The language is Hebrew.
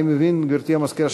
אני מבין, גברתי המזכירה,